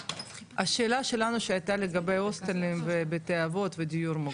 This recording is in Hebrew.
השאלה שלנו שהייתה לגבי הוסטלים בתי אבות ודיון מוגן?